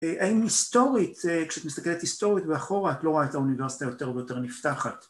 ‫האם היסטורית, כשאת מסתכלת ‫היסטורית ואחורה, ‫את לא רואה את האוניברסיטה ‫יותר ויותר נפתחת?